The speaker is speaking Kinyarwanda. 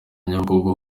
nyabugogo